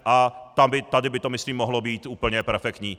A tady by to myslím mohlo být úplně perfektní.